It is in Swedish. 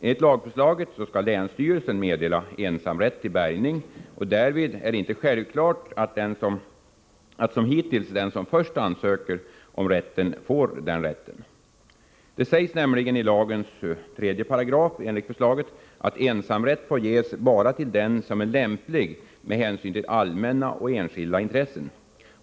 Enligt lagförslaget skall länsstyrelsen meddela ensamrätt till bärgning. Därvid är det inte självklart som hittills att den som först ansöker får rätten till bärgning. Det sägs nämligen enligt regeringens förslag i 3 § följande: ”Ensamrätt får ges bara till den som är lämplig med hänsyn till allmänna och enskilda intressen.